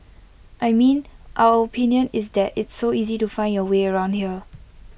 I mean our opinion is that it's so easy to find your way around here